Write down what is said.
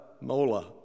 Mola